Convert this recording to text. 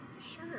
Sure